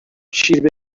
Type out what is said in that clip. شیر